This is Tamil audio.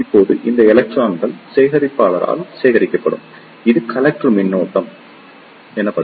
இப்போது இந்த எலக்ட்ரான்கள் சேகரிப்பாளரால் சேகரிக்கப்படும் இது கலெக்டர் மின்னோட்டமாக இருக்கும்